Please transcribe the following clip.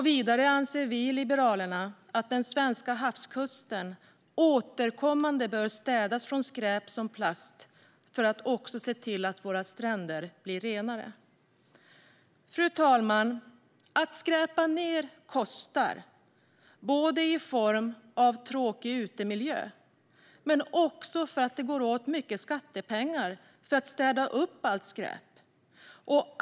Vidare anser vi i Liberalerna att den svenska havskusten återkommande bör städas från skräp som plast, så att våra stränder blir renare. Fru talman! Nedskräpning kostar, både i form av tråkig utemiljö och för att det går åt mycket skattepengar för att städa upp allt skräp.